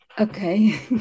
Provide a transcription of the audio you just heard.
Okay